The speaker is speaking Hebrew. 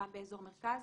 גם באזור המרכז.